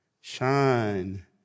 shine